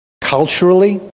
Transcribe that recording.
culturally